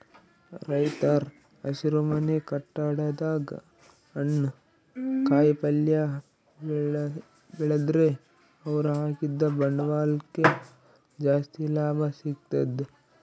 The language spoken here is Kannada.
ರೈತರ್ ಹಸಿರುಮನೆ ಕಟ್ಟಡದಾಗ್ ಹಣ್ಣ್ ಕಾಯಿಪಲ್ಯ ಬೆಳದ್ರ್ ಅವ್ರ ಹಾಕಿದ್ದ ಬಂಡವಾಳಕ್ಕ್ ಜಾಸ್ತಿ ಲಾಭ ಸಿಗ್ತದ್